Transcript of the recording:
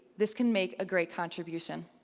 this can make a great contribution.